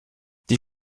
die